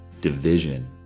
division